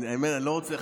אני לא רוצה,